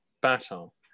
battle